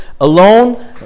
alone